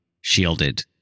shielded